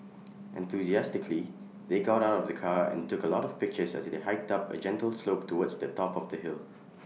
enthusiastically they got out of the car and took A lot of pictures as they hiked up A gentle slope towards the top of the hill